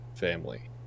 Family